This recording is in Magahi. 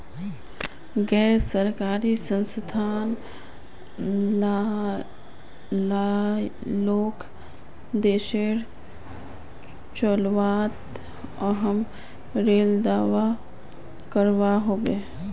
गैर सरकारी संस्थान लाओक देशोक चलवात अहम् रोले अदा करवा होबे